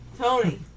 Tony